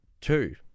two